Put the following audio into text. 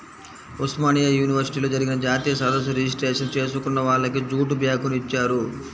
ఉస్మానియా యూనివర్సిటీలో జరిగిన జాతీయ సదస్సు రిజిస్ట్రేషన్ చేసుకున్న వాళ్లకి జూటు బ్యాగుని ఇచ్చారు